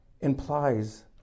implies